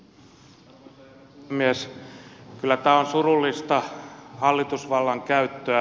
kyllä tämä on surullista hallitusvallan käyttöä